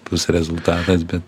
bus rezultatas bet